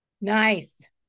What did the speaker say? Nice